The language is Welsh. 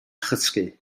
chysgu